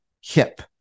hip